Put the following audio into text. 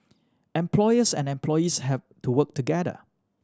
employers and employees have to work together